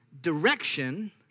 direction